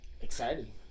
exciting